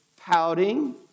pouting